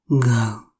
go